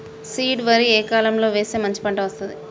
Seed వరి ఏ కాలం లో వేస్తే మంచి పంట వస్తది?